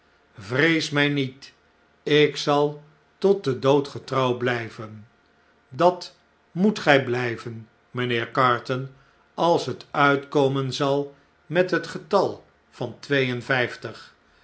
vrees mij niet ik zal tot den dood getrouw blijven dat moet gjj blijven mynheer carton als het uitkomen zal met het getal van